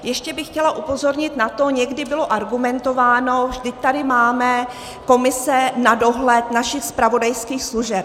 Ještě bych chtěla upozornit na to, že někdy bylo argumentováno: vždyť tady máme komise na dohled našich zpravodajských služeb.